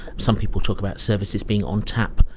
some people talk about services being on tap,